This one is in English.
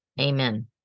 Amen